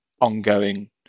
ongoing